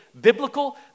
biblical